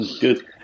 Good